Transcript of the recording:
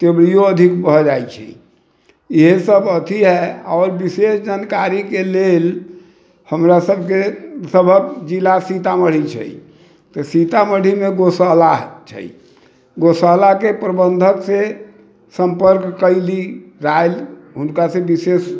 अधिक भऽ जाइ छै इएह सभ अथि है आओर विशेष जानकारिके लेल हमरा सभके सभहक जिला सीतामढ़ी छै तऽ सीतामढ़ीमे गौशाला छै गौशालाके प्रबन्धकसँ सम्पर्क कयली राय हुनकासँ विशेष